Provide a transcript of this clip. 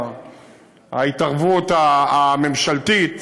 ההתערבות הממשלתית,